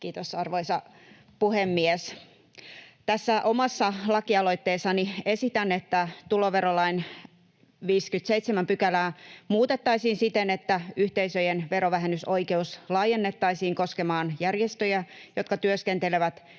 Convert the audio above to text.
Kiitos, arvoisa puhemies! Tässä omassa lakialoitteessani esitän, että tuloverolain 57 §:ää muutettaisiin siten, että yhteisöjen verovähennysoikeus laajennettaisiin koskemaan järjestöjä, jotka työskentelevät